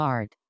Art